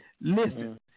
Listen